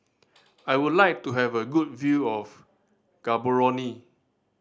I would like to have a good view of Gaborone